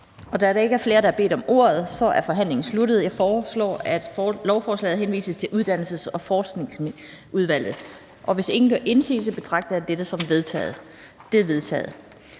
Da der ikke er flere, der har bedt om ordet, er forhandlingen sluttet. Jeg foreslår, at lovforslaget henvises til Uddannelses- og Forskningsudvalget. Hvis ingen gør indsigelse, betragter jeg dette som vedtaget.